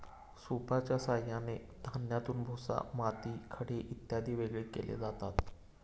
सूपच्या साहाय्याने धान्यातून भुसा, माती, खडे इत्यादी वेगळे केले जातात